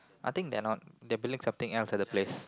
I think their not their building something else at the place